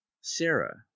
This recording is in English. sarah